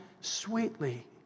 sweetly